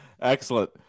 Excellent